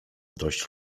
dość